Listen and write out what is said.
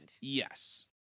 Yes